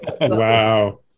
Wow